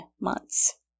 months